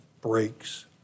breaks